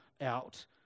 out